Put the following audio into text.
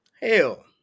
Hell